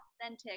authentic